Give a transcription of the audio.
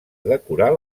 decorar